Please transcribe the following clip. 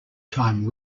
time